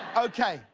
okay.